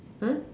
mm